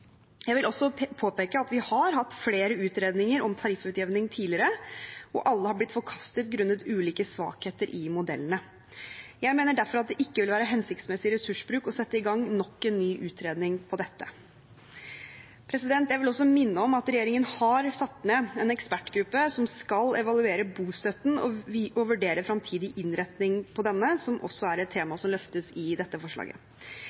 påpeke at vi har hatt flere utredninger om tariffutjevning tidligere, og alle er blitt forkastet grunnet ulike svakheter i modellene. Jeg mener derfor at det ikke vil være hensiktsmessig ressursbruk å sette i gang nok en ny utredning om dette. Jeg vil også minne om at regjeringen har satt ned en ekspertgruppe som skal evaluere bostøtten og vurdere fremtidig innretning på denne, noe som også er et tema som løftes frem i dette forslaget.